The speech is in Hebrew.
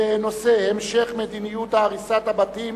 בנושא: המשך מדיניות הריסת הבתים